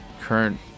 current